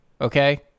okay